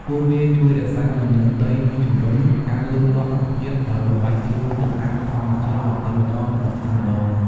ពួកវាជួយរក្សាលំនឹងដី និងជំរុញការលូតលាស់រុក្ខជាតិដោយបំបែកខ្លួនទៅតាមធម្មជាតិបន្តិចម្តងៗ។